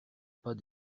pas